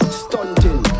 stunting